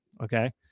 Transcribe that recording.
okay